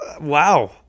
Wow